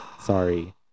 Sorry